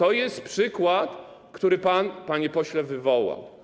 Nie, to jest przykład, który pan, panie pośle, wywołał.